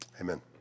Amen